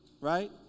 right